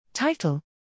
Title